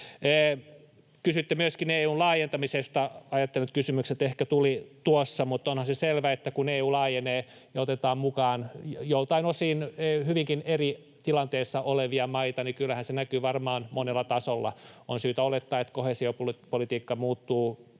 Kysyitte myöskin EU:n laajentamisesta. Ajattelen, että ne kysymykset ehkä jo tulivat tuossa, mutta onhan se selvä, että kun EU laajenee ja otetaan mukaan joltain osin hyvinkin eri tilanteissa olevia maita, niin kyllähän se näkyy varmaan monella tasolla. On syytä olettaa, että koheesiopolitiikka muuttuu